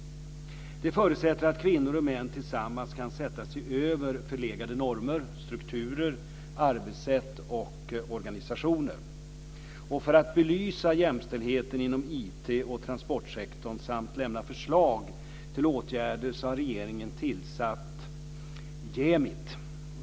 Det förutsätter att kvinnor och män tillsammans kan sätta sig över förlegade normer, strukturer, arbetssätt och organisationer. För att belysa jämställdheten inom IT och transportsektorn samt lämna förslag till åtgärder har regeringen tillsatt Jämit.